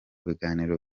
biganiro